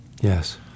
Yes